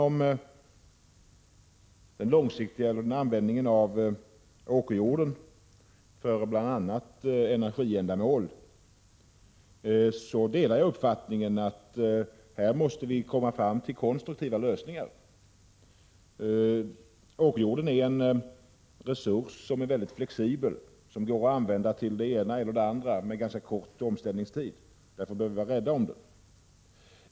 När det gäller frågan om användningen av åkerjorden för bl.a. energiändamål delar jag uppfattningen att vi måste komma fram till konstruktiva lösningar. Åkerjorden är en resurs som är mycket flexibel: Den går att använda till det ena eller det andra med ganska kort omställningstid. Därför bör vi vara rädda om den.